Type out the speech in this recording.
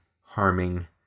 harming